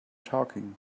talking